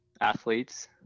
athletes